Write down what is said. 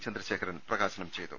ചന്ദ്രശേഖരൻ പ്രകാശനം ചെയ്തു